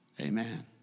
Amen